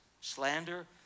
slander